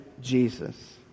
Jesus